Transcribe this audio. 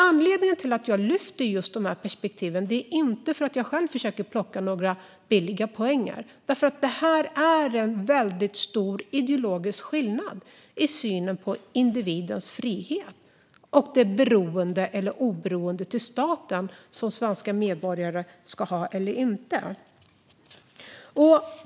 Anledningen till att jag lyfter upp dessa perspektiv är inte för att själv försöka plocka några billiga poäng utan för att det är fråga om en stor ideologisk skillnad i synen på individens frihet och det beroende eller oberoende till staten som svenska medborgare ska ha eller inte ha.